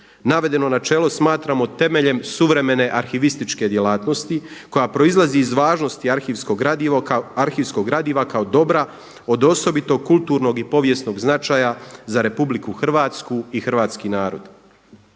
Navedeno načelo smatramo temeljem suvremene arhivističke djelatnosti koja proizlazi iz važnosti arhivskog gradiva kao dobra od osobito kulturnog i povijesnog značaja za Republiku Hrvatsku i hrvatski narod.